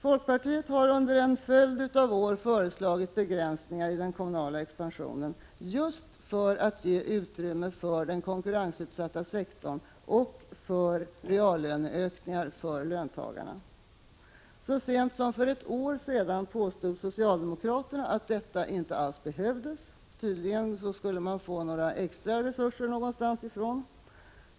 Folkpartiet har under en följd av år föreslagit begränsningar i den kommunala expansionen just för att ge utrymme för den konkurrensutsatta sektorn och för reallöneökningar för löntagarna. Socialdemokraterna påstod så sent som för ett år sedan att detta inte alls behövdes — tydligen skulle man få extra resurser någonstans ifrån.